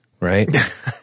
right